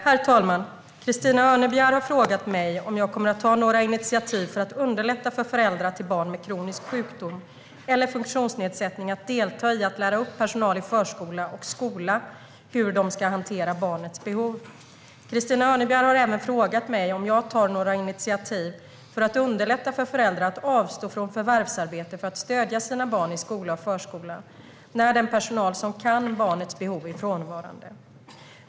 Herr talman! Christina Örnebjär har frågat mig om jag kommer att ta några initiativ för att underlätta för föräldrar till barn med kronisk sjukdom eller funktionsnedsättning att delta i att lära upp personal i förskola och skola hur de ska hantera barnets behov. Christina Örnebjär har även frågat mig om jag tar några initiativ för att underlätta för föräldrar att avstå från förvärvsarbete för att stödja sina barn i skola och förskola när den personal som kan barnets behov är frånvarande.